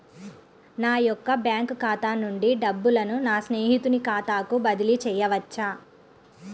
నా యొక్క బ్యాంకు ఖాతా నుండి డబ్బులను నా స్నేహితుని ఖాతాకు బదిలీ చేయవచ్చా?